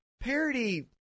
parody